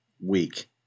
week